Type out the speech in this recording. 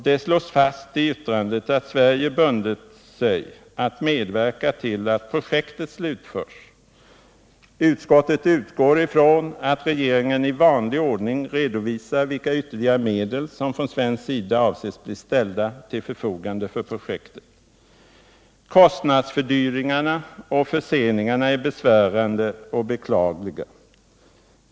Det slås fast att Sverige bundit sig för att medverka till att projektet slutförs, och utskottet utgår ifrån att regeringen i vanlig ordning redovisar vilka ytterligare medel som från svensk sida avses bli ställda till förfogande för projektet. Kostnadsfördyringarna och förseningarna är besvärande och beklagliga.